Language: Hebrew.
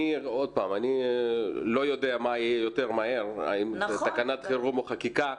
אני לא יודע מה יהיה יותר מהר תקנות חרום או חקיקה.